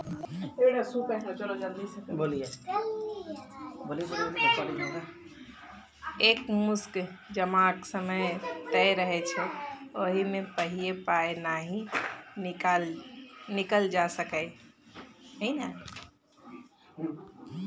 एक मुस्त जमाक समय तय रहय छै ओहि सँ पहिने पाइ नहि निकालल जा सकैए